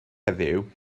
heddiw